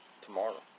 tomorrow